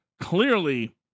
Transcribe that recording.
clearly